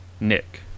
Nick